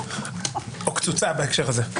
או קצוצה בהקשר הזה...